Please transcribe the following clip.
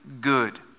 good